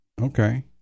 Okay